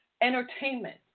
entertainment